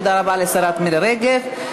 תודה רבה לשרה מירי רגב.